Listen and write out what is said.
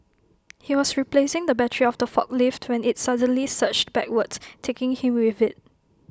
he was replacing the battery of the forklift when IT suddenly surged backwards taking him with IT